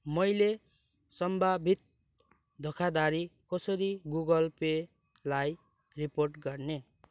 मैले सम्भावित धोखाधडी कसरी गुगल पेलाई रिपोर्ट गर्ने